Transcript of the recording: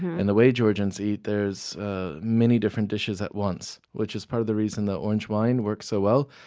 and the way georgians eat, there are ah many different dishes at once, which is part of the reason the orange wine works so well.